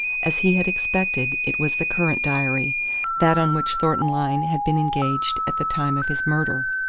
as he had expected, it was the current diary that on which thornton lyne had been engaged at the time of his murder.